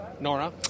Nora